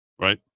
right